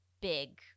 big